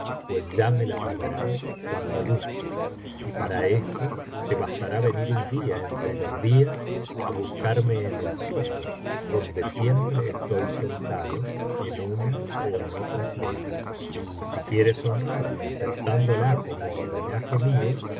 pues ya me lo pagarás cuando gustes y para esto te bastará venir un día entre los días á buscarme en el zoco donde siempre estoy sentado en una ó en otra tienda y si quieres honrarme aceptándola como homenaje mío